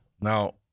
Now